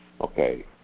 Okay